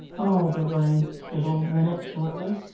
all the way, said old rennett shortly.